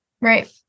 Right